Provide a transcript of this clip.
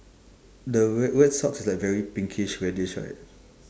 the wear wear socks like very pinkish reddish right